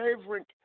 favorite